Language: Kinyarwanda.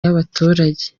y’abaturage